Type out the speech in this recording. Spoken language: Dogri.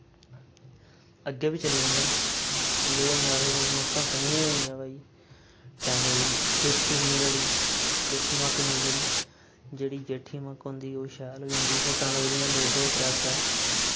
अग्गें बी चली जंदा जेह्दे नै आखदे अस मक्कां कन्नी होई गेइयां भाई टैमे दी जेठी निं रढ़ी जेठी मक्क निं रढ़ी जेह्ड़ी जेठी मक्क होंदी ओ शैल होई जंदी सिट्टां लगदियां दो दो त्रै त्रै